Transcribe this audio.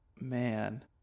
Man